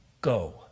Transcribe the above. go